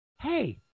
hey